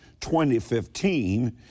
2015